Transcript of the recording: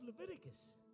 Leviticus